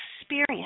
experience